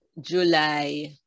July